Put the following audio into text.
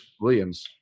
Williams